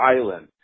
island